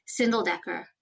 Sindeldecker